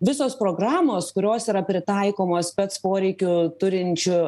visos programos kurios yra pritaikomos spec poreikių turinčių